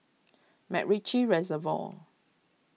MacRitchie Reservoir